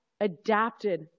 adapted